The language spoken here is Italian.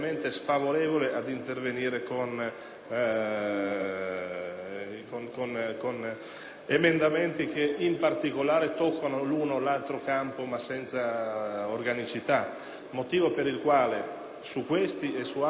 con emendamenti che, in particolare, tocchino l'uno o l'altro campo ma senza organicità. Questo è il motivo per il quale, su questi e su altri emendamenti (che abbiano magari le loro nobili ragioni),